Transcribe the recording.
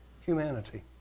humanity